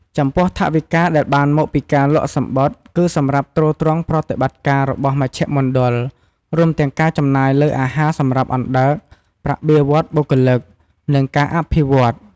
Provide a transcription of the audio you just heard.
ចំពោះថវិកាដែលបានមកពីការលក់សំបុត្រគឺសម្រាប់ទ្រទ្រង់ប្រតិបត្តិការរបស់មជ្ឈមណ្ឌល រួមទាំងការចំណាយលើអាហារសម្រាប់អណ្ដើក ប្រាក់បៀវត្សបុគ្គលិក និងការអភិវឌ្ឍន៍ ។